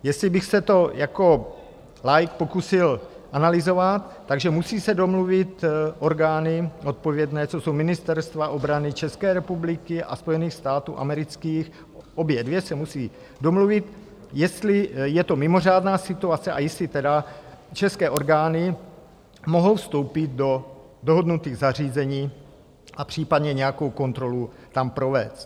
Jestli bych se to jako laik pokusil analyzovat, tak že musí se domluvit orgány odpovědné, což jsou Ministerstva obrany České republiky a Spojených států amerických, obě dvě se musí domluvit, jestli je to mimořádná situace a jestli tedy české orgány mohou vstoupit do dohodnutých zařízení a případně nějakou kontrolu tam provést.